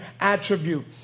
attribute